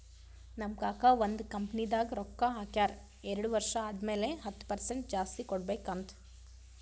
ನಮ್ ಕಾಕಾ ಒಂದ್ ಕಂಪನಿದಾಗ್ ರೊಕ್ಕಾ ಹಾಕ್ಯಾರ್ ಎರಡು ವರ್ಷ ಆದಮ್ಯಾಲ ಹತ್ತ್ ಪರ್ಸೆಂಟ್ ಜಾಸ್ತಿ ಕೊಡ್ಬೇಕ್ ಅಂತ್